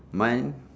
mine